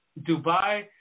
Dubai